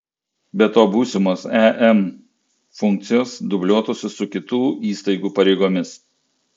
be to būsimos em funkcijos dubliuotųsi su kitų įstaigų pareigomis